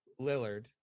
Lillard